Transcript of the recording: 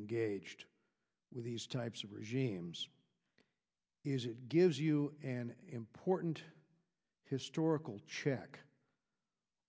engaged with these types of regimes is it gives you an important historical check